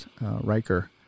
Riker